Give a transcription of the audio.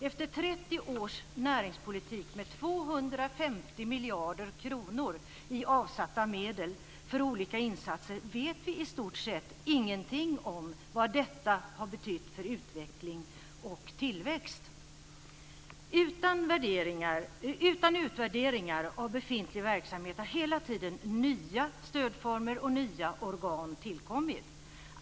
Efter 30 års näringspolitik med 250 miljarder kronor i avsatta medel för olika insatser vet vi i stort sett ingenting om vad detta har betytt för utveckling och tillväxt. Utan utvärderingar av befintlig verksamhet har hela tiden nya stödformer och nya organ tillkommit.